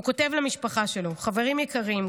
הוא כותב למשפחה שלו: "חברים יקרים,